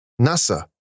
Nasa